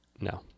No